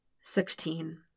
Sixteen